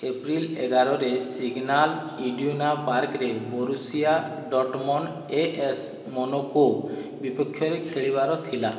April ଏଗାରରେ Signal Iduna ପାର୍କରେ Borussia Dortmund A S Monaco ବିପକ୍ଷରେ ଖେଳିବାର ଥିଲା